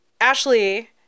Ashley